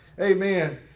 Amen